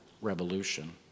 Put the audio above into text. revolution